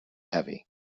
heavy